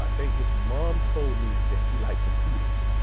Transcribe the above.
i think his mom told me that he liked computers.